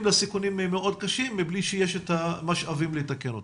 לסיכונים מאוד קשים מבלי שיש את המשאבים לתקן אותם.